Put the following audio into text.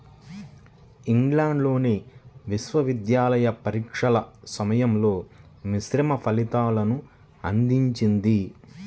ఇంగ్లాండ్లోని విశ్వవిద్యాలయ పరీక్షల సమయంలో మిశ్రమ ఫలితాలను అందించింది